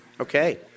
Okay